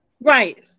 Right